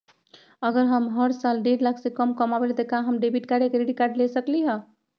अगर हम हर साल डेढ़ लाख से कम कमावईले त का हम डेबिट कार्ड या क्रेडिट कार्ड ले सकली ह?